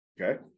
okay